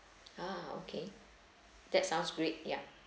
ah okay that sounds great ya